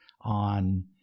on